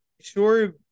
sure